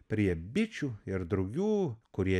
prie bičių ir drugių kurie